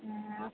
हँ